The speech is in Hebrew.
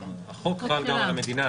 החוק חל גם על המדינה,